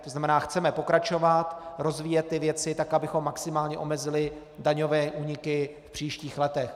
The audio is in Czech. To znamená, chceme pokračovat, rozvíjet ty věci tak, abychom maximálně omezili daňové úniky v příštích letech.